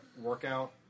workout